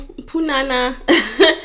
punana